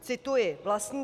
Cituji: Vlastníci...